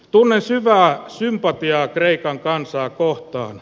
tunnen syvää sympatiaa kreikan kansaa kohtaan